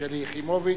שלי יחימוביץ.